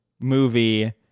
movie